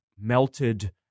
melted